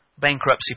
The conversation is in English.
bankruptcy